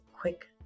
quick